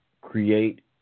create